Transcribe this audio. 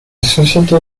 société